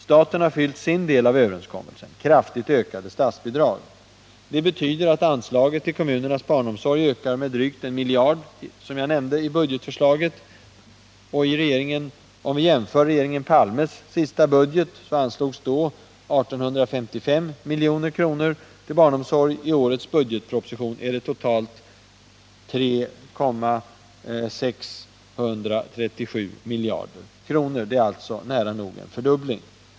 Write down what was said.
Staten har fyllt sin del av överenskommelsen: kraftigt ökade statsbidrag. Det betyder som jag nämnde att anslaget till kommunernas barnomsorg ökar med drygt 1 miljard kronor. I regeringen Palmes sista budget anslogs 1855 milj.kr. till barnomsorgen, medan i årets budgetproposition anslås totalt 3 637 milj.kr. — alltså nära nog en fördubbling.